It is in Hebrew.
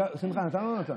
שמחה נתן או לא נתן?